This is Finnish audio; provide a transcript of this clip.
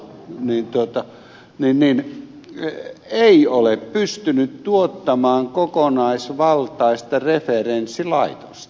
nyt tuota meni työ ei ole pystynyt tuottamaan kokonaisvaltaista referenssilaitosta